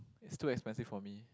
is too expensive for me